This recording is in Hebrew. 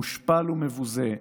מושפל ומבוזה,